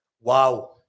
Wow